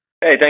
hey